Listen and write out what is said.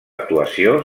actuació